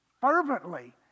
fervently